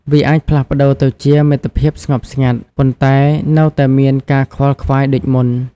វាអាចផ្លាស់ប្តូរទៅជា មិត្តភាពស្ងប់ស្ងាត់ ប៉ុន្តែនៅតែមានការខ្វល់ខ្វាយដូចមុន។